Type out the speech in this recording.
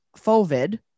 fovid